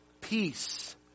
Peace